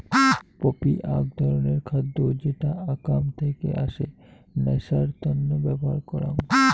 poppy আক ধরণের খাদ্য যেটা আকাম থেকে আসে নেশার তন্ন ব্যবহার করাং